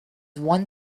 one